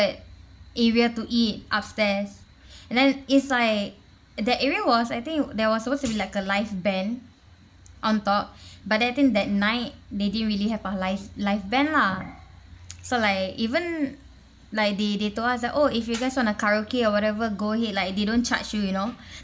area to eat upstairs and then is like that area was I think there was supposed to be like a live band on top but I think that night they didn't really have a live live band lah so like even like they they told us that oh if you guys want to karaoke or whatever go ahead like they don't charge you you know